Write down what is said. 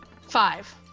Five